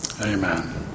amen